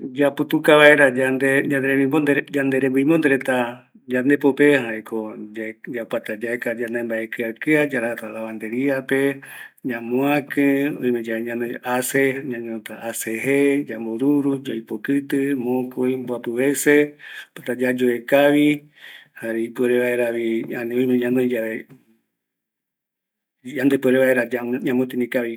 Yaputuka vaera yande rembibonde reta yandepope, jaeko opata yaeka yande mbae kɨa kɨa, yarajata landeriape, ñamoakï, oime yave ñanoi ace, ñañono jee, yamboruru, yaipokɨtɨ, mokoɨ, mboapɨ yee, jare yayoe kavi yande puere vaera ñamo tini kavi